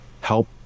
help